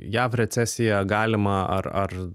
jav recesiją galimą ar ar